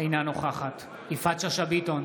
אינה נוכחת יפעת שאשא ביטון,